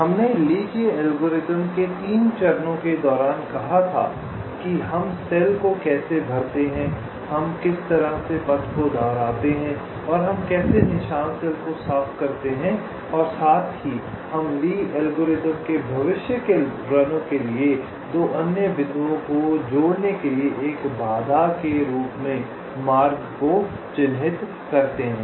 हमने ली के अल्गोरिथम के 3 चरणों के दौरान कहा था कि हम सेल को कैसे भरते हैं हम किस तरह से पथ को दोहराते हैं और हम कैसे निशान सेल को साफ करते हैं और साथ ही हम ली एल्गोरिथ्म के भविष्य के रनों के लिए 2 अन्य बिंदुओं को जोड़ने के लिए एक बाधा के रूप में मार्ग को चिह्नित करते हैं